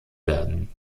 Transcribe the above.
werden